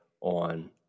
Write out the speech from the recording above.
on